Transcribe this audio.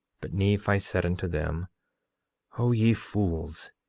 but nephi said unto them o ye fools,